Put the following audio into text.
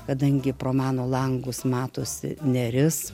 kadangi pro mano langus matosi neris